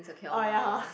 oh ya hor